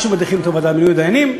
או שמדיחים אותו בוועדה למינוי שופטים.